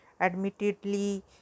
Admittedly